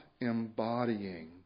embodying